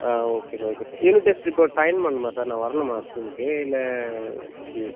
ஆ okay sir okay sir unit test இப்போ sign பண்ணுமா sir நான் வரணுமா ஸ்கூலுக்கு இல்லை இது